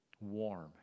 warm